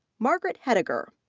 margaret hettiger.